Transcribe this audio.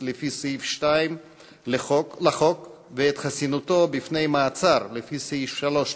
לפי סעיף 2 לחוק ואת חסינותו בפני מעצר לפי סעיף 3 לחוק,